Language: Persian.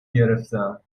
گرفتم